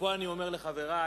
ופה אני אומר לחברי: